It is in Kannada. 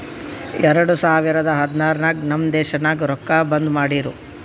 ಎರಡು ಸಾವಿರದ ಹದ್ನಾರ್ ನಾಗ್ ನಮ್ ದೇಶನಾಗ್ ರೊಕ್ಕಾ ಬಂದ್ ಮಾಡಿರೂ